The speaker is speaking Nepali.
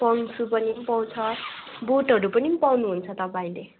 पङ्क सु पनि पाउँछ बुटहरू पनि पाउनु हुन्छ तपाईँले